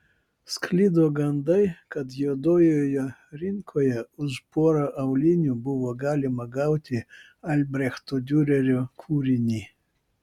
sklido gandai kad juodojoje rinkoje už porą aulinių buvo galima gauti albrechto diurerio kūrinį